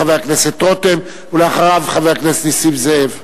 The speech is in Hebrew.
חבר הכנסת דוד רותם, ואחריו, חבר הכנסת נסים זאב.